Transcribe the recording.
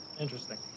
Interesting